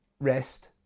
rest